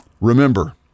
Remember